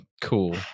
cool